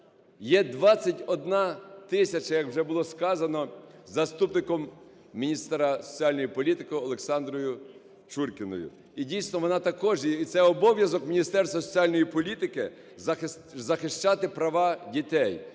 є 21 тисяча, як вже було сказано заступником міністра соціальної політики ОлександроюЧуркіною. І, дійсно, вона також, і це обов'язок Міністерства соціальної політики – захищати права дітей.